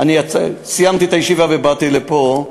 סיימתי את הישיבה ובאתי לפה,